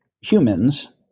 humans